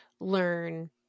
learn